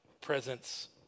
Presence